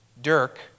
Dirk